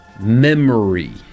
memory